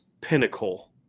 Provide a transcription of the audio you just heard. pinnacle